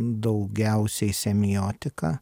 daugiausiai semiotika